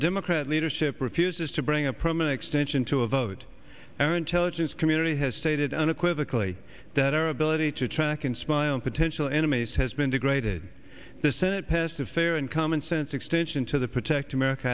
the democrat leadership refuses to bring a permanent extension to a vote or intelligence community has stated unequivocally that our ability to track and spy on potential enemies has been degraded the senate passed a fair and commonsense extension to the protect america